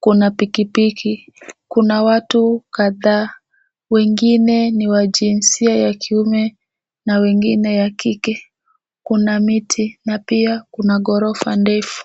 Kuna pikipiki, kuna watu kadhaa, wengine ni wa jinsia ya kiume na wengine ya kike. Kuna miti na pia kuna ghorofa ndefu.